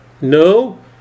No